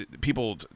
people –